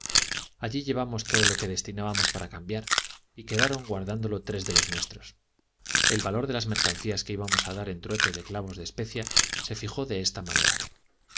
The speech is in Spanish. allí llevamos todo lo que destinábamos para cambiar y quedaron guardándolo tres de los nuestros el valor de las mercancías que íbamos a dar en trueque de clavos de especia se fijó de esta manera